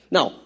Now